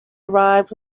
arrived